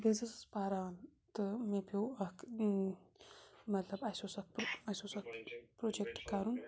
بہٕ حظ ٲسٕس پَران تہٕ مےٚ پیوٚو اَکھ مطلب اَسہِ اوس اَکھ اَسہِ اوس اَکھ پرٛوجَکٹ کَرُن